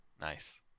Nice